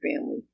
family